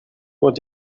what